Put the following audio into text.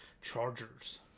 Chargers